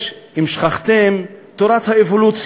יש, אם שכחתם, תורת האבולוציה,